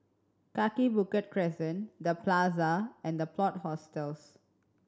Kaki Bukit Crescent The Plaza and The Plot Hostels